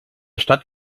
stadt